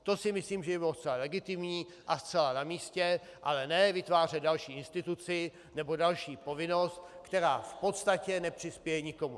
To si myslím, že by bylo zcela legitimní a zcela namístě, ale ne vytvářet další instituci nebo další povinnost, která v podstatě neprospěje nikomu.